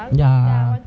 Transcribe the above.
ya